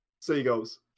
Seagulls